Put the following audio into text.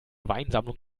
weinsammlung